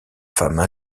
femmes